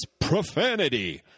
profanity